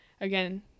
again